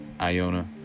Iona